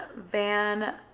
Van